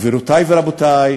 גבירותי ורבותי,